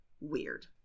weird